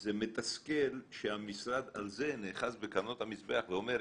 זה מתסכל שהמשרד על זה נאחז בקרנות המזרח ואומר,